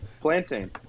Plantain